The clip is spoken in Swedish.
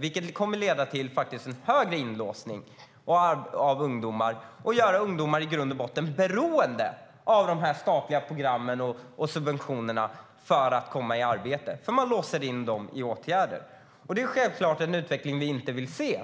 Det kommer att leda till en högre inlåsning av ungdomar och göra dem i grund och botten beroende av de statliga programmen och subventionerna för att de ska kunna komma i arbete. Man låser in dem i åtgärder. Det är självklart en utveckling som vi inte vill se.